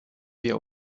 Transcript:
wir